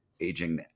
aging